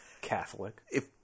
Catholic